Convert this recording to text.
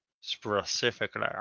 specifically